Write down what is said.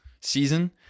season